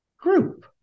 Group